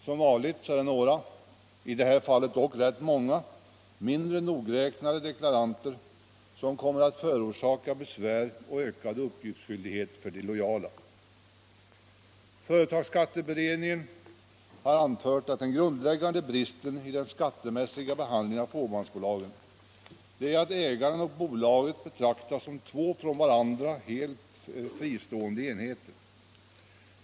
Som vanligt är det några — i det här fallet dock rätt många — mindre nogräknade deklaranter 20 som kommer att förorsaka besvär och ökad uppgiftsskyldighet för de lojala. Företagsskatteberedningen har anfört att den grundläggande bristen i den skattemässiga behandlingen av fåmansbolagen är att ägaren och bolaget betraktas som två från varandra helt fristående enheter.